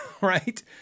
Right